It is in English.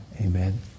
amen